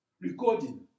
recording